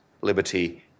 liberty